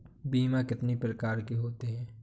बीमा कितनी प्रकार के होते हैं?